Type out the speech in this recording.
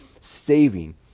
Saving